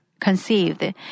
conceived